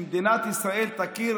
שמדינת ישראל תכיר